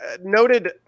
noted